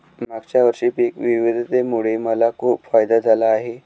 मागच्या वर्षी पिक विविधतेमुळे मला खूप फायदा झाला आहे